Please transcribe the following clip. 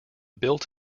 built